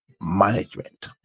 management